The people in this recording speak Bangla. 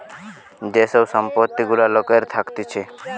যে সব সম্পত্তি গুলা লোকের থাকতিছে